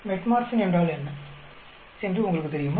metformin என்றால் என்ன என்று உங்களுக்குத் தெரியுமா